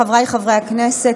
חבריי חברי הכנסת,